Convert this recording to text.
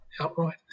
outright